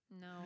No